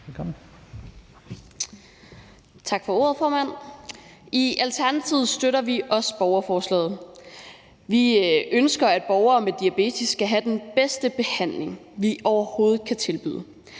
(ALT): Tak for ordet, formand. I Alternativet støtter vi også borgerforslaget. Vi ønsker, at borgere med diabetes skal have den bedste behandling, vi overhovedet kan tilbyde.